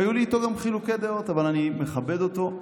היו לי איתו גם חילוקי דעות, אבל אני מכבד אותו.